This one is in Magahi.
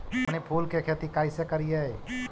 हमनी फूल के खेती काएसे करियय?